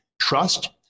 trust